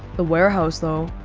the warehouse, though